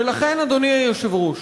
ולכן, אדוני היושב-ראש,